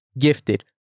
gifted